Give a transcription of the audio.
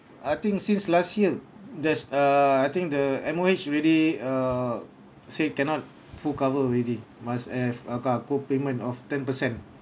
I think since last year there's err I think the M_O_H already err say cannot full cover already must have a car copayment of ten percent